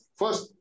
first